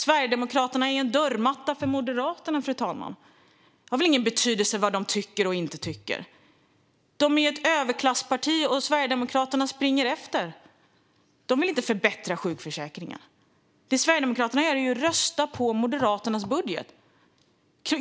Sverigedemokraterna är en dörrmatta för Moderaterna, fru talman. Det har väl ingen betydelse vad de tycker och inte tycker. Moderaterna är ett överklassparti, och Sverigedemokraterna springer efter. De vill inte förbättra sjukförsäkringen. Det Sverigedemokraterna gör är ju att rösta på Moderaternas budget.